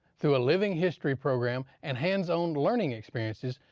through a living history program and hands-on learning experiences,